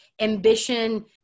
ambition